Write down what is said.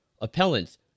appellants